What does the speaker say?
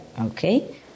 okay